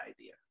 idea